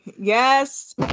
Yes